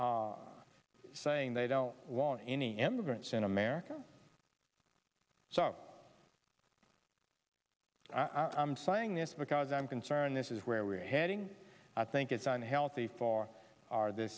not saying they don't want any immigrants in america so i'm saying this because i'm concerned this is where we're heading i think it's unhealthy for our th